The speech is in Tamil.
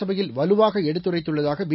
சபையில் வலுவாக எடுத்துரைத்துள்ளதாக பி